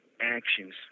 actions